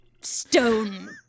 stone